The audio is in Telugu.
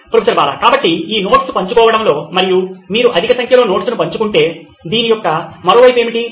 ప్రొఫెసర్ బాలా కాబట్టి ఈ నోట్స్ పంచుకోవడంలో మరియు మీరు అధిక సంఖ్యలో నోట్స్ను పంచుకుంటే దీని యొక్క మరొ వైపు ఏమిటి